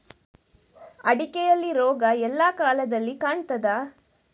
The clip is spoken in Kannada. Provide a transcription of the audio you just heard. ಅಡಿಕೆಯಲ್ಲಿ ರೋಗ ಎಲ್ಲಾ ಕಾಲದಲ್ಲಿ ಕಾಣ್ತದ?